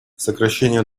сокращение